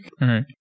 right